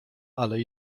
ale